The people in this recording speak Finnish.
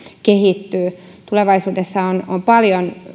kehittyy tulevaisuudessa on on paljon